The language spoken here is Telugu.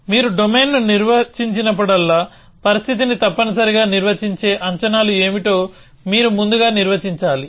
మీరు డొమైన్ను నిర్వచించినప్పుడల్లా పరిస్థితిని తప్పనిసరిగా నిర్వచించే అంచనాలు ఏమిటో మీరు ముందుగా నిర్వచించాలి